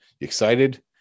excited